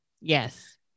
Yes